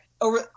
over